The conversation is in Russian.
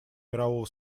мирового